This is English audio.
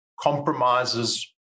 compromises